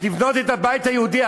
לבנות את הבית היהודי,